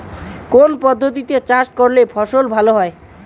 কোন পদ্ধতিতে চাষ করলে ফসল ভালো হয়?